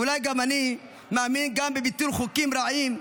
ואולי כי אני מאמין גם בביטול חוקים רעים,